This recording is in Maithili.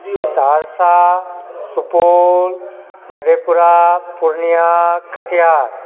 सहरसा सुपौल मधेपुरा पुर्णियाँ कटिहार